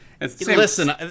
Listen